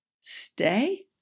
stay